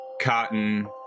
Cotton